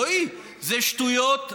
רועי, זה שטויות.